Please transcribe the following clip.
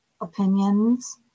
opinions